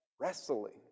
wrestling